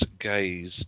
gaze